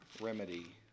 remedy